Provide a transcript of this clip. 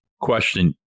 Question